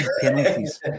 penalties